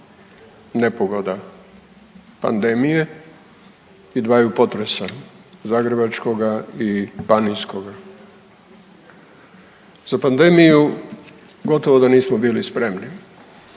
nepogoda, pandemije i dvaju potresa, zagrebačkoga i banijskoga. Za pandemiju gotovo da nismo bili spremni,